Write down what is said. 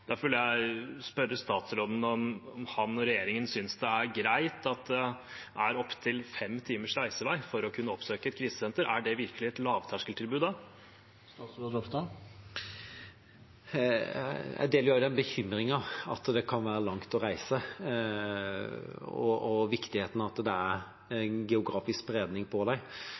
regjeringen syns det er greit at det er opptil fem timers reisevei for å kunne oppsøke et krisesenter. Er det virkelig et lavterskeltilbud da? Jeg deler også bekymringen for at det kan være langt å reise og viktigheten av at det er geografisk spredning på